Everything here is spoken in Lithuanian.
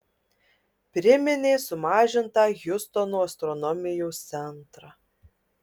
priminė sumažintą hjustono astronomijos centrą